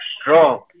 strong